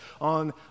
on